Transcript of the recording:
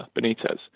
Benitez